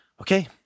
Okay